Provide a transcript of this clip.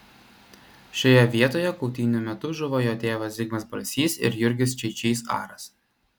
šioje vietoje kautynių metu žuvo jo tėvas zigmas balsys ir jurgis čeičys aras